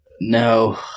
No